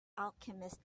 alchemist